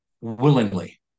willingly